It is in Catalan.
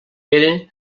pere